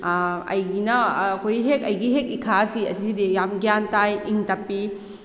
ꯑꯩꯒꯤꯅ ꯑꯩꯈꯣꯏ ꯍꯦꯛ ꯑꯩꯒꯤ ꯍꯦꯛ ꯏꯈꯥꯁꯤ ꯑꯁꯤꯗꯤ ꯌꯥꯝ ꯒ꯭ꯌꯥꯟ ꯇꯥꯏ ꯏꯪ ꯇꯞꯄꯤ